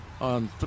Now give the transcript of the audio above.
On